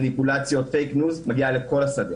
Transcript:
מניפולציית "פייק ניוז" מגיעה לכל השדות